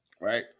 right